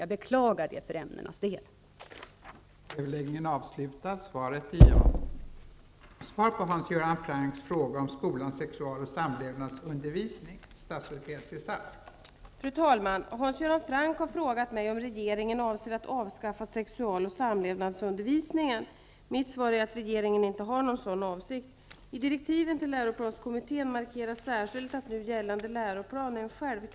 Det beklagar jag med tanke på de här aktuella ämnena.